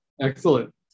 Excellent